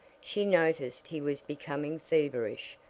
she noticed he was becoming feverish,